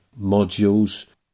modules